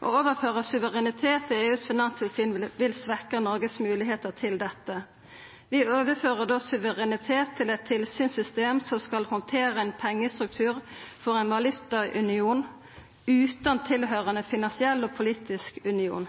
Å overføra suverenitet til EUs finanstilsyn vil svekkja Noregs moglegheiter til dette. Vi overfører då suverenitet til eit tilsynssystem som skal handtera ein pengestruktur for ein valutaunion utan tilhøyrande finansiell og politisk union.